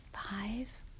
five